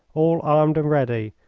all armed and ready,